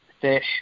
fish